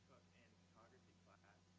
in photography class.